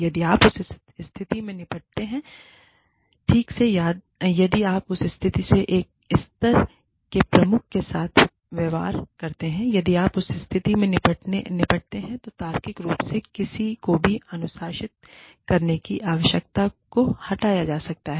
यदि आप उस स्थिति से निपटते हैं ठीक से यदि आप उस स्थिति से एक स्तर के प्रमुख के साथ व्यवहार करते हैं यदि आप उस स्थिति से निपटते हैं तो तार्किक रूप से किसी को भी अनुशासित करने की आवश्यकता को हटाया जा सकता है